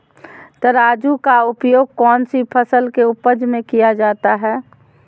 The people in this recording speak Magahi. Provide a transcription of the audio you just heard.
तराजू का उपयोग कौन सी फसल के उपज में किया जाता है?